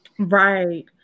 Right